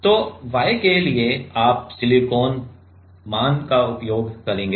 तो Y के लिए आप सिलिकॉन मान का उपयोग करेंगे